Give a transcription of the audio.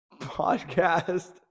podcast